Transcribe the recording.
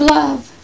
love